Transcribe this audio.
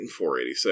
486